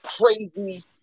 crazy